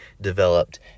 developed